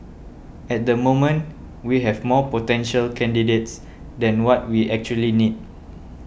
at the moment we have more potential candidates than what we actually need